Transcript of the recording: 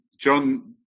John